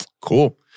cool